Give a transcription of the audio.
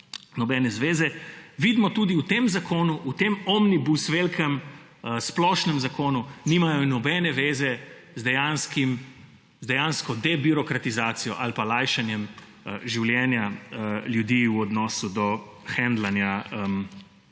nobene zveze, vidimo tudi v tem zakonu, v tem omnibusu, velikem splošnem zakonu, da nimajo nobene zveze z dejansko debirokratizacijo ali pa lajšanjem življenja ljudi v odnosu do handlanja